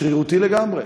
שרירותי לגמרי?